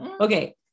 Okay